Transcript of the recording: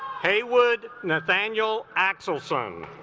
heywood nathaniel axl son